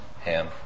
Ham